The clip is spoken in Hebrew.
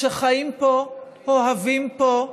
שחיים פה, אוהבים פה,